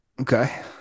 Okay